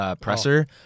presser